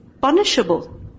punishable